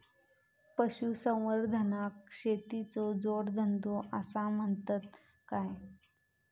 पशुसंवर्धनाक शेतीचो जोडधंदो आसा म्हणतत काय?